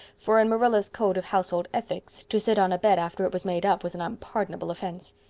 for in marilla's code of household ethics to sit on a bed after it was made up was an unpardonable offense.